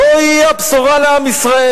זוהי הבשורה לעם ישראל.